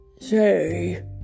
Say